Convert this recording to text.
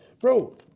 Bro